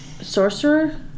Sorcerer